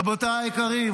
רבותיי היקרים,